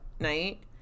night